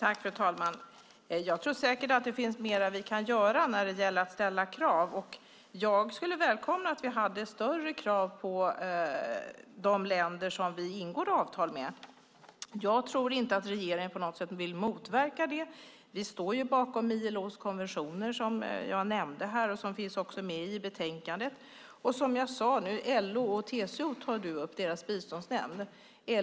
Fru talman! Jag tror säkert att det finns mer vi kan göra när det gäller att ställa krav. Jag skulle välkomna att vi ställde större krav på de länder som vi ingår avtal med. Jag tror inte att regeringen vill motverka det. Vi står bakom ILO:s konventioner, som jag nämnde och som finns med i betänkandet. Hans Linde tar upp LO-TCO Biståndsnämnd.